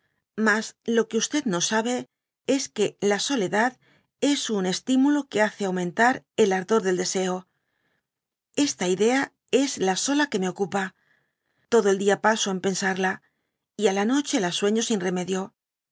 mas lo que no sabe es que la soledad es un estimulo epxe hace aumentar el ardor del deseo esta idea es la sola que me ocupa todo el dia paso en pensarla y á la noche la sueño sin remedio